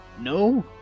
No